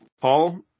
Paul